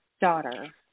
daughter